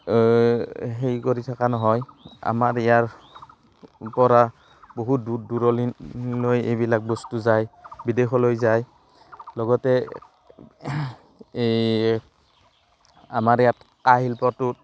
সেই কৰি থকা নহয় আমাৰ ইয়াৰ পৰা বহুত দূৰ দূৰণিলৈ এইবিলাক বস্তু যায় বিদেশলৈ যায় লগতে এই আমাৰ ইয়াত কাঁহ শিল্পটোত